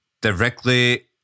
directly